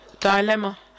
Dilemma